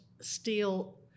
steel